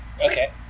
Okay